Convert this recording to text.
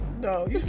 no